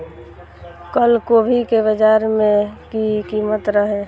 कल गोभी के बाजार में की कीमत रहे?